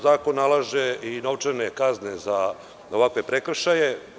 Zakon nalaže i novčane kazne za ovakve prekršaje.